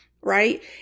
right